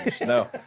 No